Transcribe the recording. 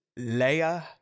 Leia